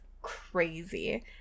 crazy